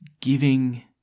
giving